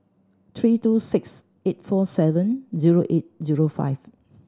three two six eight four seven zero eight zero five